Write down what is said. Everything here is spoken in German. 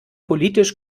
politisch